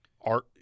art